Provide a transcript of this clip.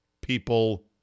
people